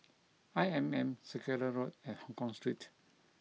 I M M Circular Road and Hongkong Street